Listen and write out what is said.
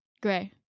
Gray